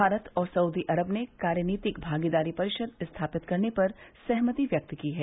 भारत और Saudi Arab ने कार्यनीतिक भागीदारी परिषद स्थापित करने पर सहमति व्यक्त की है